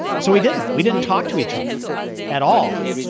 so we didn't we didn't talk to each other at all.